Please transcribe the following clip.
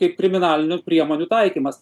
kaip kriminalinių priemonių taikymas